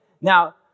Now